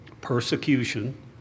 persecution